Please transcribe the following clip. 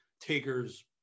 taker's